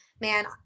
man